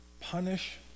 punish